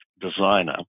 designer